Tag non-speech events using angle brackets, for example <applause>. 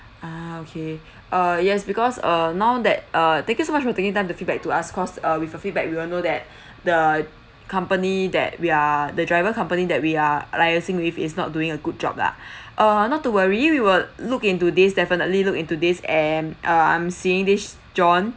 ah okay err yes because err now that err thank so much for taking time to feedback to us cause uh with a feedback we will know that <breath> the company that we are the driver company that we are liaising with is not doing a good job lah <breath> uh not to worry we will look into this definitely look into this and uh I'm seeing this john